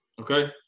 okay